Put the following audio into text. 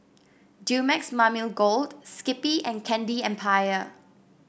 Dumex Mamil Gold Skippy and Candy Empire